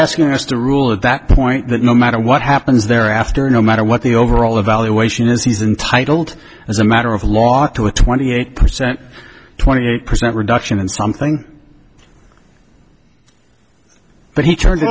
asking us to rule at that point that no matter what happens there after no matter what the overall evaluation is he's entitled as a matter of law to a twenty eight percent twenty eight percent reduction in something but he turned